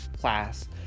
class